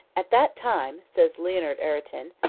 at that time, says leonard aretin,